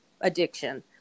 addiction